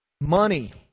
Money